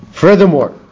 Furthermore